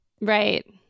right